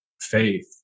faith